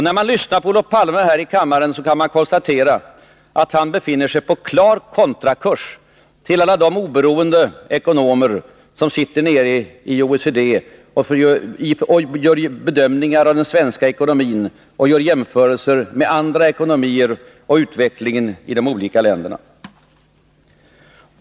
När man lyssnar på Olof Palme kan man konstatera att han befinner sig på klar kontrakurs till alla de oberoende ekonomer som i OECD gör bedömningar av den svenska ekonomin och gör jämförelser med andra ekonomier och utvecklingen i de olika länderna.